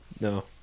No